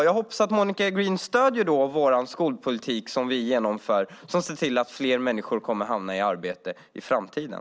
Jag hoppas att Monica Green stöder vår skolpolitik som ser till att fler människor kommer i arbete i framtiden.